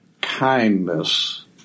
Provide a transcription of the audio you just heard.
kindness